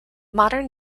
modern